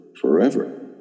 forever